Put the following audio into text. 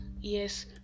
yes